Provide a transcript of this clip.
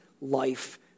life